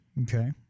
Okay